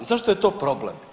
Zašto je to problem.